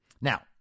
Now